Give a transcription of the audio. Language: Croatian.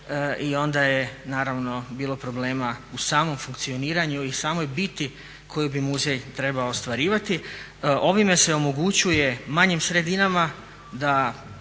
i onda je naravno bilo problema u samom funkcioniranju i samoj biti koju bi muzej trebao ostvarivati. Ovim se omogućuje manjim sredinama da